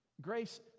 Grace